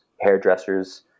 hairdressers